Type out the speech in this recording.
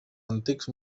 antics